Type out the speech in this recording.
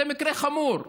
זה מקרה חמור,